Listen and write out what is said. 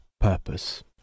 Purpose